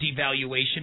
devaluation